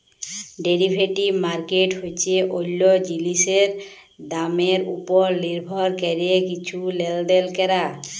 derivative market হছে অল্য জিলিসের দামের উপর লির্ভর ক্যরে কিছু লেলদেল ক্যরা